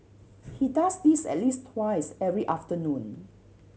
he does this at least twice every afternoon